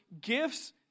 gifts